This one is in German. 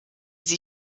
sie